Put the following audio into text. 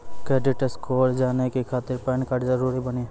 Credit score जाने के खातिर पैन कार्ड जरूरी बानी?